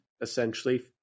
essentially